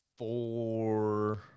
four